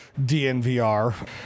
DNVR